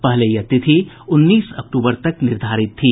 पहले यह तिथि उन्नीस अक्टूबर तक निर्धारित थी